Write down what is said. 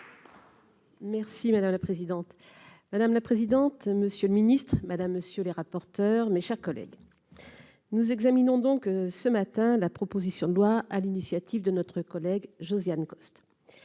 Merci madame la présidente, madame la présidente, monsieur le Ministre, madame, monsieur, les rapporteurs, mes chers collègues, nous examinons donc ce matin, la proposition de loi à l'initiative de notre collègue Josiane Costes